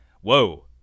whoa